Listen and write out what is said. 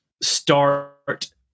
start